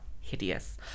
hideous